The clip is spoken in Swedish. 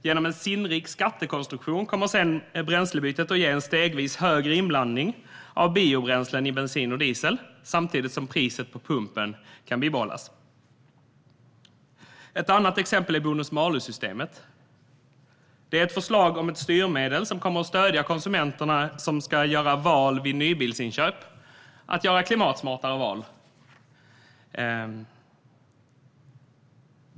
Genom en sinnrik skattekonstruktion kommer bränslebytet att ge en stegvis större inblandning av biobränslen i bensin och diesel, samtidigt som priset vid pumpen kan bibehållas. Ett annat exempel är bonus-malus-systemet. Det är ett förslag om ett styrmedel som kommer att stödja konsumenterna att göra klimatsmarta val vid köp av nya bilar.